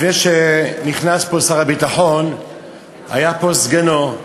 לפני שנכנס שר הביטחון היה פה סגנו,